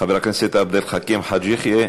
חבר הכנסת עבד אל חכים חאג' יחיא,